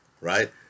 right